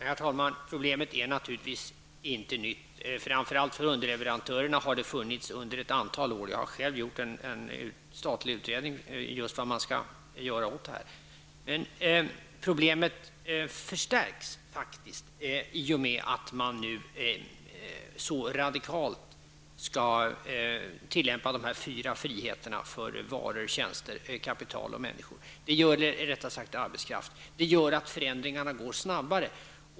Herr talman! Problemet är naturligtvis inte nytt. Framför allt har det funnits ett antal år för underleverantörsföretag. Jag har själv gjort en statlig utredning om just vad man skulle kunna göra åt det. Problemet förstärks faktiskt i och med att man nu så radikalt skall tillämpa de fyra friheterna -- frihet för varor, tjänster, kapital och arbetskraft. Det gör att förändringarna går mycket snabbare.